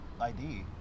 ID